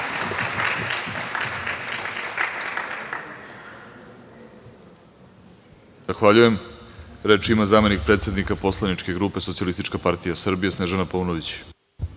Zahvaljujem. Reč ima zamenik predsednika poslaničke grupe Socijalistička partija Srbije Snežana Paunović.